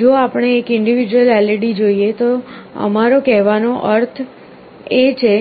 જો આપણે એક ઇન્ડિવિડ્યુઅલ LED જોઈએ તો અમારો કહેવાનો અર્થ તે છે